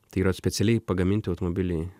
tai yra specialiai pagaminti automobiliai